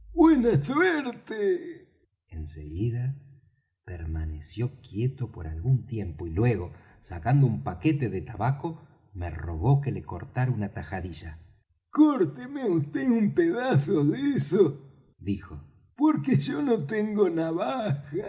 buena suerte en seguida permaneció quieto por algún tiempo y luego sacando un paquete de tabaco me rogó que le cortara una tajadilla córteme vd un pedazo de eso dijo porque yo no tengo navaja